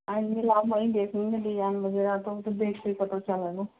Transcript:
लाओ भाई देखेंगे डिजाइन वगैरह तो तो देख के ही पता चलेगा